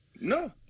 No